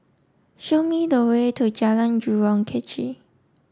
show me the way to Jalan Jurong Kechil